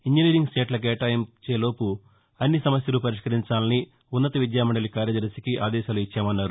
engineering సీట్లు కేటాయించేలోపు అన్ని సమస్యలు పరిష్కరించాలని ఉన్నతవిద్యామండలి కార్యదర్శికి ఆదేశాలు ఇచ్చామన్నారు